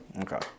Okay